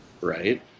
right